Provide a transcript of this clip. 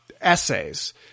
essays